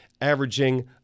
averaging